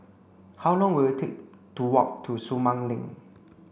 how long will it take to walk to Sumang Link